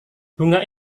bunga